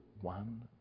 one